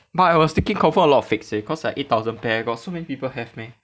but I was thinking confirm a lot of fakes leh cause like eight thousand pair got so many people have meh